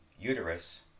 uterus